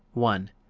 one.